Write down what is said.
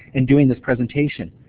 and doing this presentation.